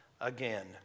again